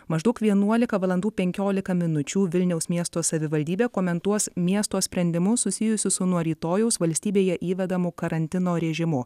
maždaug vienuolika valandų penkiolika minučių vilniaus miesto savivaldybė komentuos miesto sprendimus susijusius su nuo rytojaus valstybėje įvedamu karantino režimu